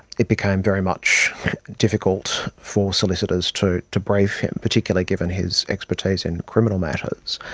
it became very much difficult for solicitors to to brief him, particularly given his expertise in criminal matters.